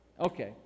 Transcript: Okay